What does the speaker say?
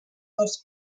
dos